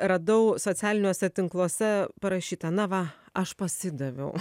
radau socialiniuose tinkluose parašyta na va aš pasidaviau